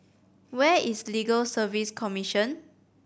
where is Legal Service Commission